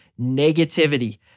negativity